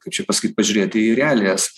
kaip čia pasakyt pažiūrėti į realijas